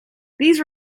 these